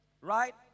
right